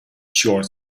short